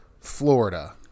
Florida